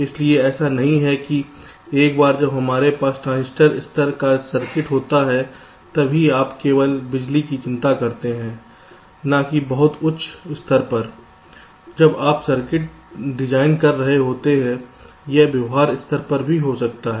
इसलिए ऐसा नहीं है कि एक बार जब हमारे पास ट्रांजिस्टर स्तर का सर्किट होता हैतब ही आप केवल बिजली की चिंता करते हैं न कि बहुत उच्च स्तर पर जब आप सर्किट डिजाइन कर रहे होते हैं यह व्यवहार स्तर पर भी हो सकते हैं